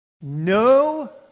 No